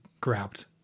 grabbed